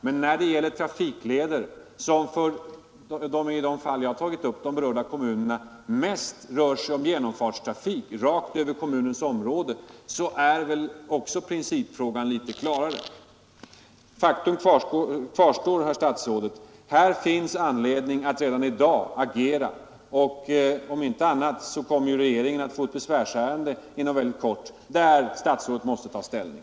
Men när det gäller trafikleder där det, som i de kommuner jag har berört, mest rör sig om genomfartstrafik rakt över kommunens område är väl också principfrågan litet klarare. Faktum kvarstår, herr statsråd: Här finns anledning att redan i dag agera. Om inte annat kommer ju regeringen inom kort att få ett besvärsärende där statsrådet måste ta ställning.